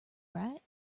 right